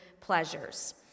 pleasures